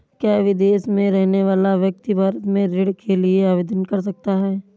क्या विदेश में रहने वाला व्यक्ति भारत में ऋण के लिए आवेदन कर सकता है?